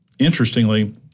Interestingly